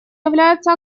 является